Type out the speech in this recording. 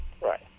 Right